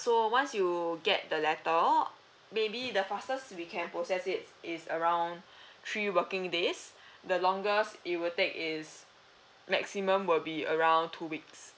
so once you get the letter maybe the fastest we can process it is around three working days the longest it will take is maximum will be around two weeks